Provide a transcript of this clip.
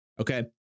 Okay